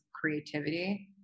creativity